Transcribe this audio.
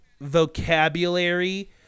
vocabulary